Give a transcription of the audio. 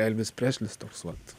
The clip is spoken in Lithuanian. elvis preslis toks vat